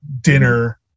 dinner